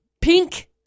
Pink